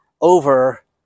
over